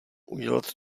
udělat